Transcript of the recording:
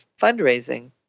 fundraising